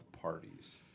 parties